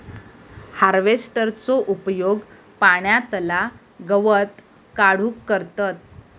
हार्वेस्टरचो उपयोग पाण्यातला गवत काढूक करतत